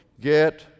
Get